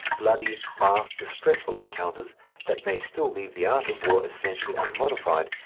bloody, vast, distressful encounters that may still leave the art of war essentially unmodified,